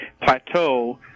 plateau